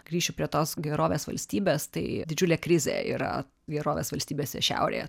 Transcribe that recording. grįšiu prie tos gerovės valstybės tai didžiulė krizė yra gerovės valstybėse šiaurėje